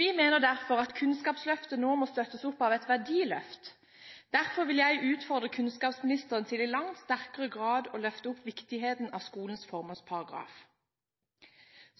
Vi mener derfor at Kunnskapsløftet nå må støttes opp av et verdiløft – derfor vil jeg utfordre kunnskapsministeren til i langt sterkere grad å løfte opp viktigheten av skolens formålsparagraf.